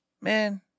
man